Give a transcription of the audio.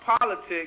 politics